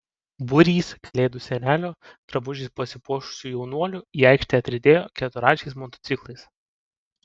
būrys kalėdų senelio drabužiais pasipuošusių jaunuolių į aikštę atriedėjo keturračiais motociklais